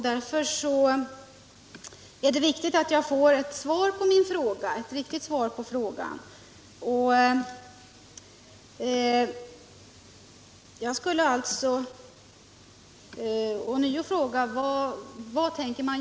Därför är det viktigt att jag får ett riktigt svar.